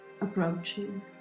approaching